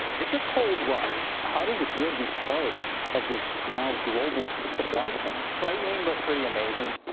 it's a cold rush. how does it feel to be part of this now global supply chain? frightening but pretty amazing.